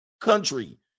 country